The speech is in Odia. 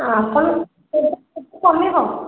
ଆପଣ ତେଲ ରେଟ୍ କେବେ କମିବ